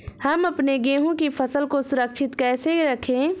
हम अपने गेहूँ की फसल को सुरक्षित कैसे रखें?